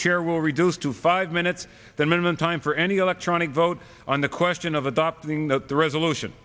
chair will reduce to five minutes the minimum time for any electronic vote on the question of adopting the resolution